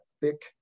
thick